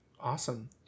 Awesome